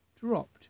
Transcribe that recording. dropped